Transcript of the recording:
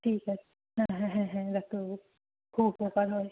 ঠিক আছে হ্যাঁ হ্যাঁ হ্যাঁ হ্যাঁ ডাক্তারবাবু খুব উপকার হয়